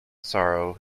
sorrow